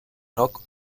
rock